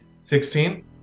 Sixteen